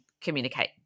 communicate